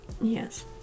yes